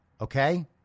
Okay